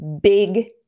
big